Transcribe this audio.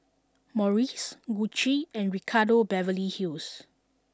Morries Gucci and Ricardo Beverly Hills